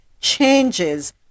changes